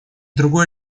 другой